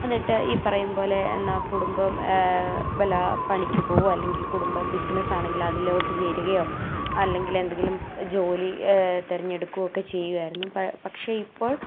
എന്നിട്ട് ഈ പറയും പോലെ എന്നാൽ കുടുംബം വല്ല പണിക്ക് പോ അല്ലെങ്കിൽ കുടുംബ ബിസിനസ് ആണെങ്കിൽ അതിലോട്ട് ചേരുകയോ അല്ലെങ്ങിലെന്തെങ്കിലും ജോലി തെരഞ്ഞെടുക്കുകയൊക്കെ ചെയ്യുമായിരുന്നു പക്ഷേ ഇപ്പോൾ